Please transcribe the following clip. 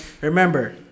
Remember